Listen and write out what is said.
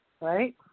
Right